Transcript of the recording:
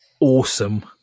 awesome